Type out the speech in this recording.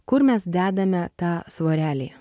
kur mes dedame tą svarelį